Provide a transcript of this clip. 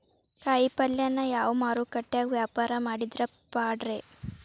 ಕಾಯಿಪಲ್ಯನ ಯಾವ ಮಾರುಕಟ್ಯಾಗ ವ್ಯಾಪಾರ ಮಾಡಿದ್ರ ಪಾಡ್ರೇ?